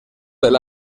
del